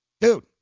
Dude